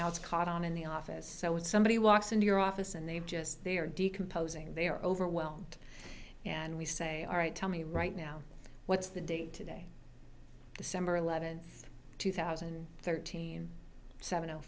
now it's caught on in the office so when somebody walks into your office and they just they are decomposing they are overwhelmed and we say alright tell me right now what's the date today december eleventh two thousand and thirteen seven